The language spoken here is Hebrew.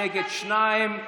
נגד, שניים.